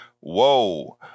Whoa